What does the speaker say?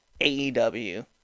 AEW